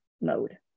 mode